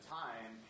time